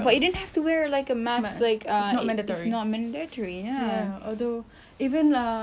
ya although even uh during the haze period it wasn't mandatory it wasn't right